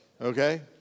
Okay